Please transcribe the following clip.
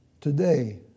Today